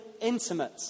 intimate